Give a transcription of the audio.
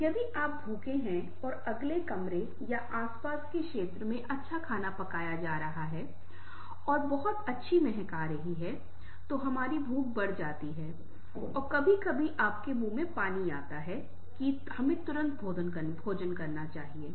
उदाहरण के लिए यदि आप भूखे हैं और अगले कमरे या आस पास के क्षेत्र में अच्छा खाना पकाया जा रहा है और बहुत अच्छी महक आ रही है तो हमारी भूख बढ़ जाती है और कभी कभी आपके मुंह में पानी आता है कि तुरंत हमे भोजन खाना चाहिए